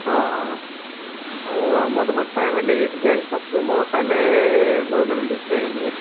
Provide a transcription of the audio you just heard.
অঁ অঁ হ'ব বাৰু মই তোমাক চাই মেলি তেতিয়া হিচাপটো মই কাইলে গৈ মেলি দি থৈ আহিমগে